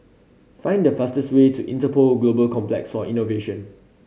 find the fastest way to Interpol Global Complex for Innovation